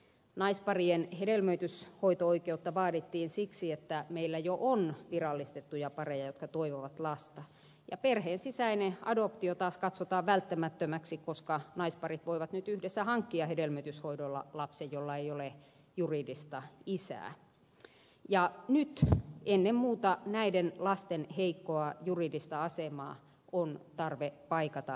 naisparien hedelmöityshoito oikeutta vaadittiin siksi että meillä jo on virallistettuja pareja jotka toivovat lasta ja perheen sisäinen adoptio taas katsotaan välttämättömäksi koska naisparit voivat nyt yhdessä hankkia hedelmöityshoidolla lapsen jolla ei ole juridista isää ja nyt ennen muuta näiden lasten heikkoa juridista asemaa on tarve paikata tällä lailla